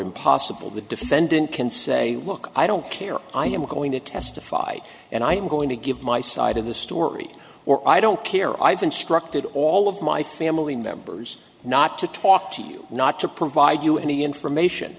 impossible the defendant can say look i don't care i am going to testify and i'm going to give my side of the story or i don't care i've instructed all of my family members not to talk to you not to provide you any information